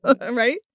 right